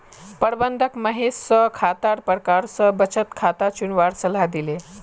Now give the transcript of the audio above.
प्रबंधक महेश स खातार प्रकार स बचत खाता चुनवार सलाह दिले